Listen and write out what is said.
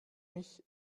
mich